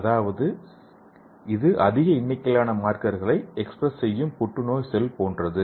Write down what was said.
அதாவது இது அதிக எண்ணிக்கையிலான மார்க்கர்சை எக்ஸ்பிரஸ் செய்யும் புற்றுநோய் செல் போன்றது